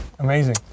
amazing